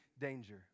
danger